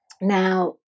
Now